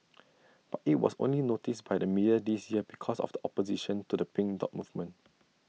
but IT was only noticed by the media this year because of the opposition to the pink dot movement